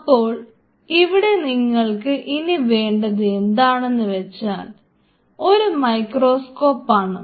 അപ്പോൾ ഇവിടെ നിങ്ങൾക്ക് ഇനി വേണ്ടത് എന്താണെന്ന് വെച്ചാൽ ഒരു മൈക്രോസ്കോപ് ആണ്